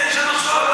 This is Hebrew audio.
אין שם מחסור?